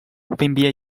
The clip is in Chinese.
分别